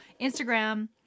Instagram